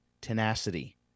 tenacity